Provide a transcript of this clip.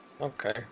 Okay